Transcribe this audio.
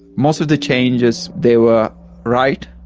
most of the changes, they were right,